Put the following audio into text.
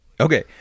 Okay